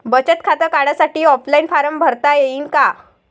बचत खातं काढासाठी ऑफलाईन फारम भरता येईन का?